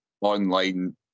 online